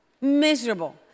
Miserable